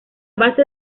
base